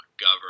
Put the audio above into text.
Govern